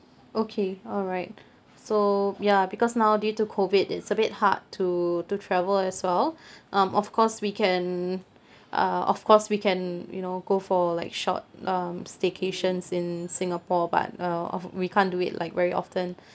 okay alright so ya because now due to COVID it's a bit hard to to travel as well um of course we can uh of course we can you know go for like short um staycations in singapore but uh of we can't do it like very often